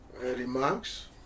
remarks